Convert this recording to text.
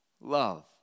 love